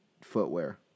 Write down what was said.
footwear